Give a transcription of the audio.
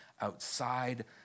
outside